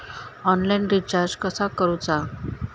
Online recharge कसा करूचा?